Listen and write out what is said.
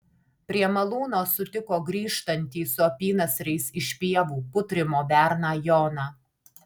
prie malūno sutiko grįžtantį su apynasriais iš pievų putrimo berną joną